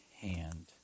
hand